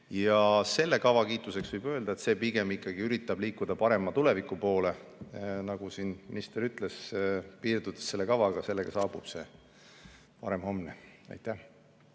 Selle kava kiituseks võib öelda, et see pigem ikkagi üritab liikuda parema tuleviku poole. Nagu minister ütles, piirdudes selle kavaga, et sellega saabub parem homne. Ma